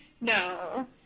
No